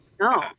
No